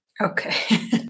Okay